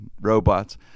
robots